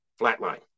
flatline